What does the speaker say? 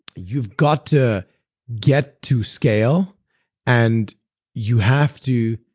you've got to get to scale and you have to,